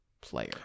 player